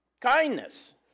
kindness